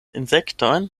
insektojn